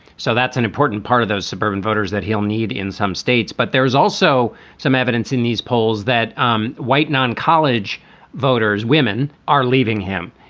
so that's an important part of those suburban voters that he'll need in some states. but there is also some evidence in these polls that um white non college voters, women are leaving him.